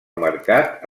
mercat